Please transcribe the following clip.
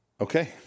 Okay